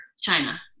China